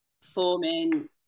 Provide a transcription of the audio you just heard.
forming